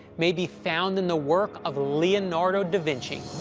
may be found in the work of leonardo da vinci?